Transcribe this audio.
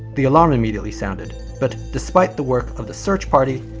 the alarm immediately sounded, but despite the work of the search party,